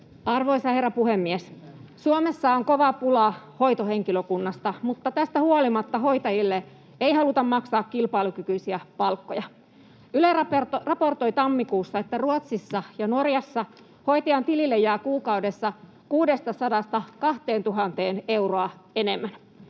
Arvoisa herra puhemies! Suomessa on kova pula hoitohenkilökunnasta, mutta tästä huolimatta hoitajille ei haluta maksaa kilpailukykyisiä palkkoja. Yle raportoi tammikuussa, että Ruotsissa ja Norjassa hoitajan tilille jää kuukaudessa 600—2 000 euroa enemmän.